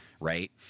right